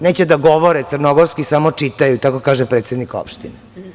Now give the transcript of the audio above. Neće da govore crnogorski, samo čitaju, tako kaže predsednik opštine.